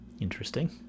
interesting